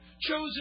chosen